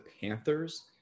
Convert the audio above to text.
Panthers